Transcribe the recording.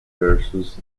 versus